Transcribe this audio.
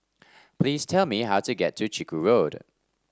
please tell me how to get to Chiku Road